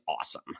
awesome